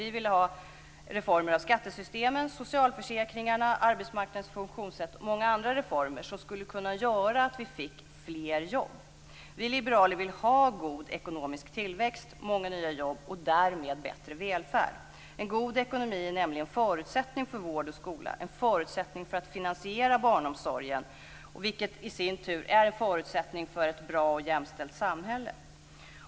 Vi vill ha reformer när det gäller skattesystemen, socialförsäkringarna, arbetsmarknadens funktionssätt och många andra reformer som skulle kunna göra att vi fick fler jobb. Vi liberaler vill ha god ekonomisk tillväxt, många nya jobb och därmed bättre välfärd. En god ekonomi är nämligen en förutsättning för vård och skola och en förutsättning för att finansiera barnomsorgen, vilket i sin tur är en förutsättning för ett bra och jämställt samhälle.